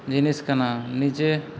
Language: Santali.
ᱡᱤᱱᱤᱥ ᱠᱟᱱᱟ ᱱᱤᱡᱮ